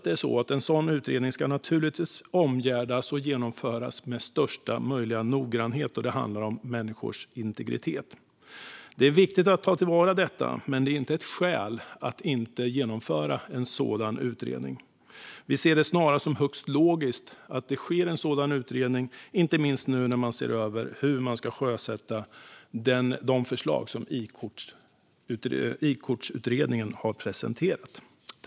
En sådan utredning bör naturligtvis omgärdas av och genomföras med största möjliga noggrannhet, då det handlar om människors integritet. Det är viktigt att ta till vara detta, men det är inte ett skäl att inte genomföra en sådan utredning. Vi ser det snarare som högst logiskt att en sådan utredning sker, inte minst nu när man ser över hur man ska sjösätta de förslag som Id-kortsutredningen har presenterat.